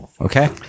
Okay